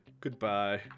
Goodbye